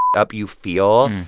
up you feel,